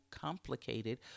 complicated